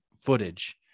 footage